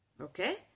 Okay